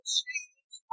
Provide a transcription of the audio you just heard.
change